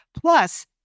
Plus